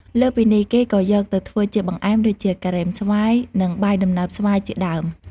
លើសពីនេះ គេក៏យកទៅធ្វើជាបង្អែម ដូចជា ការ៉េមស្វាយ និង បាយដំណើបស្វាយ ជាដើម។